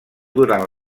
durant